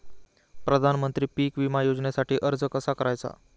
प्रधानमंत्री पीक विमा योजनेसाठी अर्ज कसा करायचा?